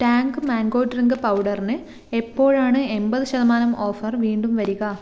tank mango drink പൗഡറിന് എപ്പോഴാണ് എൺപത് ശതമാനം ഓഫർ വീണ്ടും വരിക